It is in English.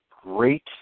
great